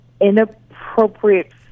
Inappropriate